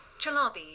Chalabi